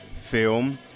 film